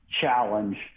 challenge